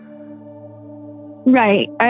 Right